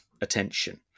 attention